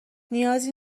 نیازی